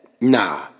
Nah